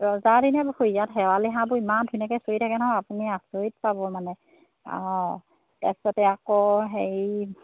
ৰজাৰদিনীয়া পুখুৰী শেৱালি হাঁবোৰ ইমান ধুনীয়াকৈ চৰি থাকে নহয় আপুনি আচৰিত পাব মানে অঁ তাৰ পিছতে আকৌ হেৰি